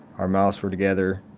our mouths were together.